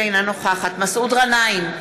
אינה נוכחת מסעוד גנאים,